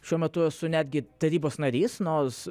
šiuo metu esu netgi tarybos narys nors